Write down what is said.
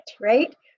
right